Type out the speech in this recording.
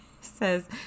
says